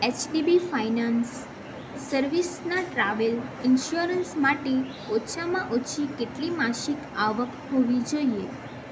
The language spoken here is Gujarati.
એચડીબી ફાઇનાન્સ સર્વિસના ટ્રાવેલ ઇન્સ્યોરન્સ માટે ઓછામાં ઓછી કેટલી માસિક આવક હોવી જોઈએ